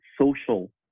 social